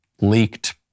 leaked